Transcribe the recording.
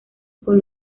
con